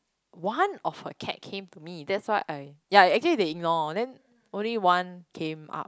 one of her cat came to me that's why I ya actually they ignore then only one came up